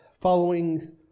following